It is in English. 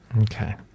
Okay